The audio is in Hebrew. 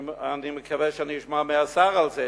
אני מקווה שאני אשמע מהשר על זה.